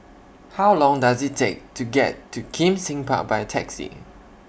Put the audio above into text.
How Long Does IT Take to get to Kim Seng Park By Taxi